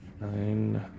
Nine